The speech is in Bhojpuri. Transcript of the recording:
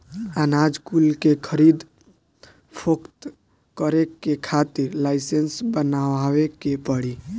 अनाज कुल के खरीद फोक्त करे के खातिर लाइसेंस बनवावे के पड़ी